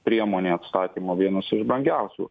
priemonė atstatymo vienos iš brangiausių